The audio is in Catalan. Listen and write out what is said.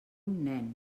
nen